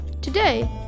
Today